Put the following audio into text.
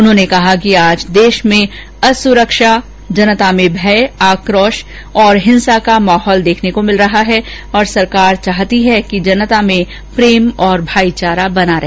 उन्होंने कहा कि आज देश में असुरक्षा जनता में भय आकोश और हिसा का माहौल देखने को मिल रहा है और सरकार चाहती है कि जनता में प्रेम और भाईचारा बना रहे